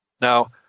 Now